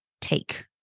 take